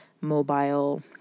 Mobile